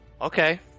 okay